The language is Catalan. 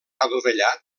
adovellat